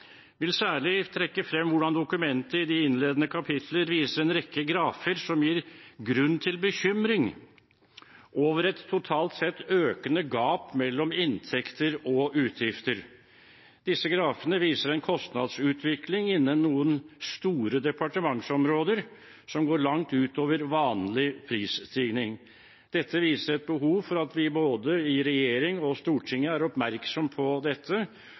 vil særlig trekke frem hvordan dokumentet i de innledende kapitler viser en rekke grafer som gir grunn til bekymring over et totalt sett økende gap mellom inntekter og utgifter. Disse grafene viser en kostnadsutvikling innenfor noen store departementsområder som går langt utover vanlig prisstigning. Dette viser et behov for at vi både i regjering og i Stortinget er oppmerksom på dette